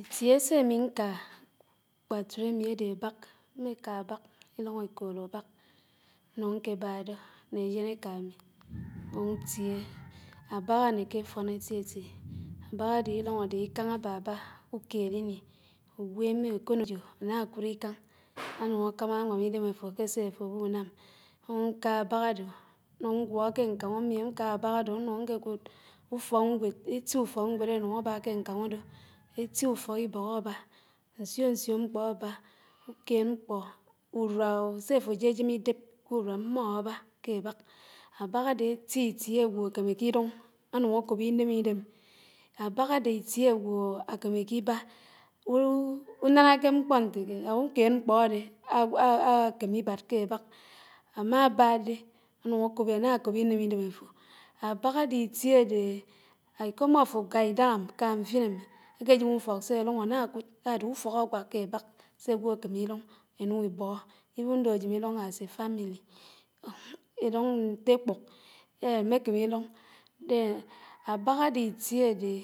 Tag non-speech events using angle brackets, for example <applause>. Itie sé ámí nka ákpátré ámí ádé Abák, mmé ká Abák. ílùñ ékódó Abák ñnùñ ñké bá ñné átén ékámí. m̃áñ ñtié. Ábák ánéké áfón étieti. Ábǎk ádé ílùn ádé íkáñ ábábá ùked íní, ùgwémé. ákònòjò ánákùd íkáñ ánùñ ákámá ñnùñ ngwó ké ñkáñ ùmiem ñká Ábák ádó m̃ùñ ñké kùd ùfókngwéd. étí ùfókngwéd ánùñ ábá k ñkañ ùdò. éti ùfokibók ábá. ñsiò ñsiò mkpó ábá, ùkéd mkpó ùrùa ò sé afò jéjém ídeb k’ùrùa mmò ábá ké Ábák Ábák ádé itié ágwò kémété idùñ ánùñ ákòb íném idem. Ábak ádé iti ágwò ákeméké íbá <hesitation> ùnánáké mkpó ñtékéd and ùƙéd mkpó ádè <hesitation> ákèm ibád ké Ábáki ámàbá dé <unintelligible> ánákòb íném ìdém áfo. Abák ádé itie ádéhé íkóm áfó áká ídáhám áká mfiném ákéjém ùfók sé áràñ ánákùd sádé ùfók ágwák ke Ábak sé ágwò ákémi írùñ íṉùñ íbó wen though ájém írùñ as a family <hesitation> írùñ ñté ékpùk. ámékémé írùñ. <hesitation> Ábák ádé itié ádéhé